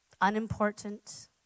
unimportant